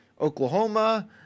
Oklahoma